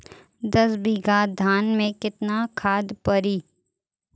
दस बिघा धान मे केतना खाद परी?